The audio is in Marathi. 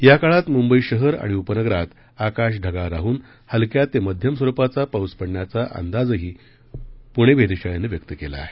या काळात मुंबई शहर आणि उपनगरात आकाश ढगाळ राहून हलक्या ते मध्यम स्वरुपाचा पाऊस पडण्याचा अंदाजही पुणे वेधशाळेनं व्यक्त केला आहे